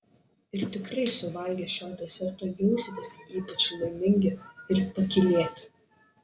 ir tikrai suvalgę šio deserto jausitės ypač laimingi ir pakylėti